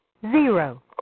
Zero